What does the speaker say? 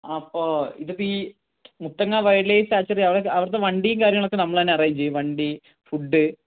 അപ്പോൾ ഇതിപ്പോൾ ഈ മുത്തങ്ങ വൈൽഡ് ലൈഫ് സാങ്ച്വറി അവിടെ അവിടത്തെ വണ്ടിയും കാര്യങ്ങളൊക്കെ നമ്മൾ തന്നെ അറേഞ്ച് ചെയ്യും വണ്ടി ഫുഡ്